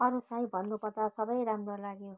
अरू चाहिँ भन्नुपर्दा सबै राम्रो लाग्यो